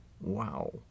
Wow